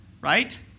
right